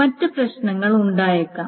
മറ്റ് പ്രശ്നങ്ങൾ ഉണ്ടായേക്കാം